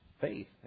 faith